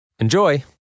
Enjoy